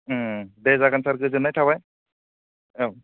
दे जागोन सार गोजोननाय थाबाय औ